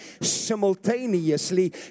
simultaneously